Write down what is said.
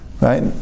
right